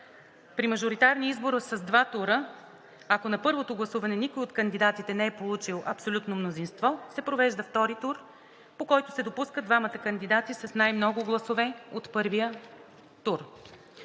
При мажоритарния избор с два тура, ако на първото гласуване никой от кандидатите не е получил абсолютно мнозинство, се провежда втори тур, по който се допускат двамата кандидати с най-много гласове от първия тур.